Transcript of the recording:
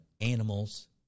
animals